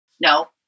no